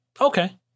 Okay